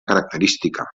característica